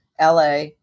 LA